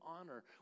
honor